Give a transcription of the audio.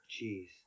Jeez